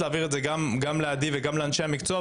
להעביר את זה גם לעדי וגם לאנשי המקצוע,